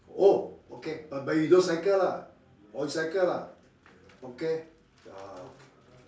oh okay but but you don't cycle lah don't cycle lah okay ah